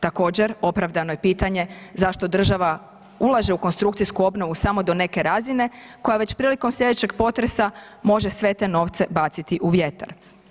Također opravdano je pitanje, zašto država ulaže u konstrukcijsku obnovu samo do neke razine koja već prilikom sljedećeg potresa može sve te novce baciti u vjetar?